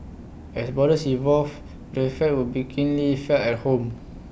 as borders evolve the effects would be keenly felt at home